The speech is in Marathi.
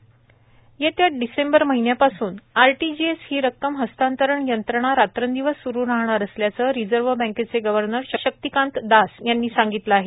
रेपोदर येत्या डिसेंबर महिन्यापासून आरटीजीएस ही रक्कम हस्तांतरण यंत्रणा रात्रंदिवस स्रू राहणार असल्याचं रिजर्व्ह बँकेचे गव्हर्नर शक्तिकांत दास यांनी सांगितलं आहे